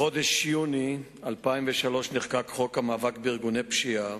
בחודש יוני 2003 נחקק חוק המאבק בארגוני פשיעה.